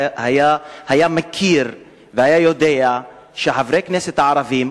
היה מכיר והיה יודע שחברי כנסת הערבים,